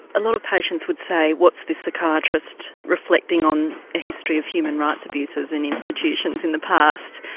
a lot of patients would say what's this psychiatrist reflecting on a history of human rights abuses in institutions in the past,